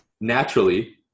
naturally